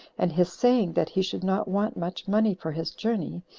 and his saying that he should not want much money for his journey,